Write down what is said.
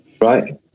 Right